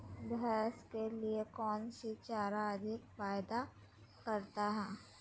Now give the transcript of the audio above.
भैंस के लिए कौन सी चारा अधिक फायदा करता है?